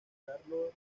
carlos